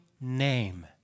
name